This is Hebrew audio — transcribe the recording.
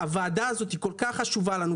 הוועדה הזו היא כל כך חשובה לנו.